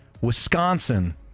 Wisconsin